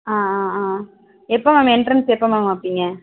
ஆ ஆ ஆ எப்போ மேம் என்ட்ரன்ஸ் எப்போ மேம் வைப்பிங்க